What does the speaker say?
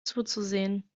zuzusehen